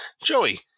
Joey